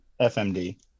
FMD